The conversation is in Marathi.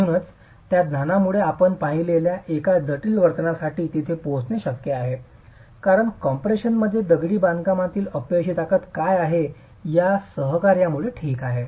म्हणूनच त्या ज्ञानामुळे आपण पाहिलेल्या एका जटिल वर्तनासाठी तिथे पोचणे शक्य आहे कारण कॉम्प्रेशनमध्ये दगडी बांधकामातील अपयशी ताकद काय आहे या सहकार्यामुळे ठीक आहे